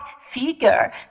figure